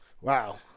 Wow